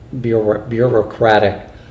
bureaucratic